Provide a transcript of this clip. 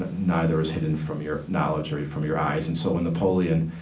but neither is hidden from your knowledge or from your eyes. and so when napoleon